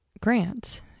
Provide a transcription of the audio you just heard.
Grant